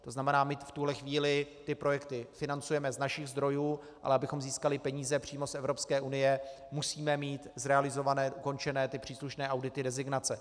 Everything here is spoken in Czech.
To znamená, my v tuhle chvíli ty projekty financujeme z našich zdrojů, ale abychom získali peníze přímo z Evropské unie, musíme mít zrealizované, ukončené příslušné audity designace.